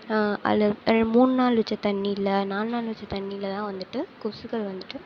அதில் டைம் மூணு நாள் வைச்ச தண்ணியில் நாலு நாள் வைச்ச தண்ணியில் தான் வந்துவிட்டு கொசுக்கள் வந்துவிட்டு